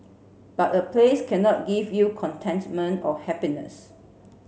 but a place cannot give you contentment or happiness